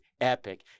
epic